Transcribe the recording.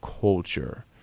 culture